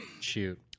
shoot